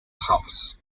house